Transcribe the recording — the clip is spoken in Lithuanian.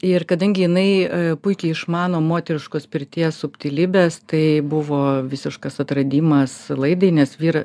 ir kadangi jinai puikiai išmano moteriškus pirties subtilybes tai buvo visiškas atradimas laidai nes vyra